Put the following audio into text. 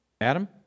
Adam